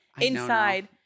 inside